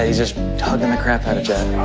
ah just hugging the crap out of